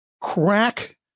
crack